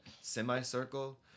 semicircle